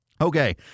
Okay